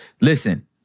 listen